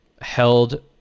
held